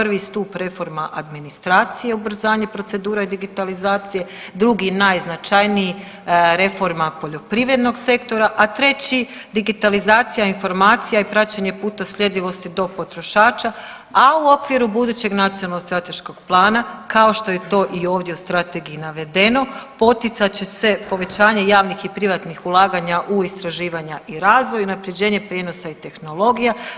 Prvi stup reforma administracije, ubrzanje procedura i digitalizacije, drugi najznačajniji reforma poljoprivrednog sektora, a treći digitalizacija informacija i praćenje putem sljedivosti do potrošača, a u okviru budućeg Nacionalnog strateškog plana kao što je to i ovdje u strategiji navedeno poticat će se povećanje javnih i privatnih ulaganja u istraživanja i razvoj i unapređenje prijenosa i tehnologija.